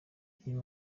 uyu